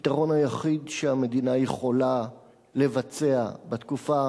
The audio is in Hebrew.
הפתרון היחיד שהמדינה יכולה לבצע בתקופה